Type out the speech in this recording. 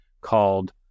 called